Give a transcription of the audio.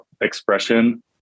expression